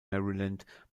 maryland